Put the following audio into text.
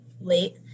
late